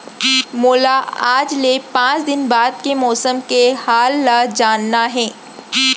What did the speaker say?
मोला आज ले पाँच दिन बाद के मौसम के हाल ल जानना हे?